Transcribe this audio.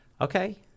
Okay